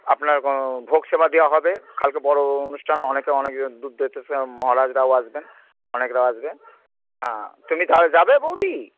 আপনার ভোগ সেবা দেওয়া হবে কালকে বড়ো অনুষ্ঠান অনেকে অনেক দুূরতে মহারাজরাও আসবেন অনেকরা আসবেন হ্যাঁ তুমি তা যাবে বৌদি